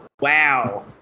wow